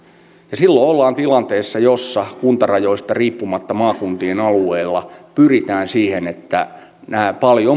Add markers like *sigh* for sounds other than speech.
ja silloin ollaan tilanteessa jossa kuntarajoista riippumatta maakuntien alueilla pyritään siihen että näitä paljon *unintelligible*